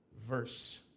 verse